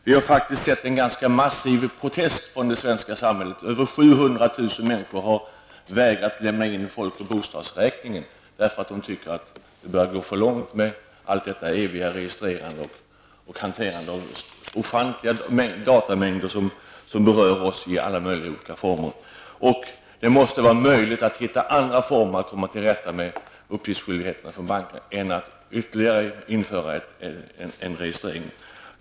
Vi har faktiskt sett en ganska massiv protest från det svenska samhället då över 700 000 människor har vägrat att lämna in folk och bostadsräkningen eftersom de anser att det börjar gå för långt med allt registrerande och hanterande av ofantliga datamängder som berör oss i alla möjliga olika former. Det måste vara möjligt att finna andra former för att komma till rätta med uppgiftsskyldigheterna för bankerna än att införa ytterligare en registrering.